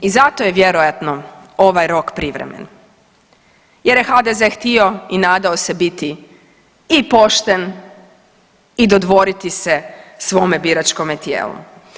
I zato je vjerojatno ovaj rok privremen jer je HDZ htio i nadao se biti i pošten i dodvoriti se svome biračkome tijelu.